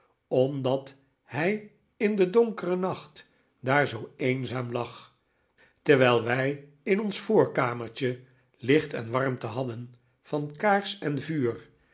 omdat hij in den donkeren nacht daar zoo eenzaam lag terwijl wij in ons voorkamertje licht en warmte hadden van kaars en vuur